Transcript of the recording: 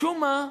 משום מה,